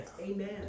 Amen